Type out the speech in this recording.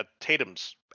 Tatum's